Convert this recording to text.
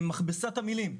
מכבסת המילים.